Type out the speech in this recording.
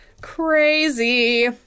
Crazy